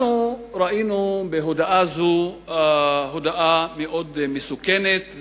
אנחנו ראינו בהודעה זו הודעה מאוד מסוכנת,